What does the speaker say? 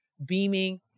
beaming